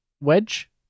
wedge